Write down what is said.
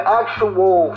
actual